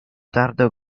tardo